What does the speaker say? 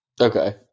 okay